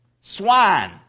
swine